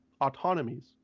autonomies